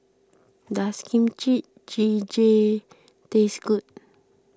does Kimchi Jjigae taste good